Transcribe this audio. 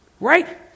Right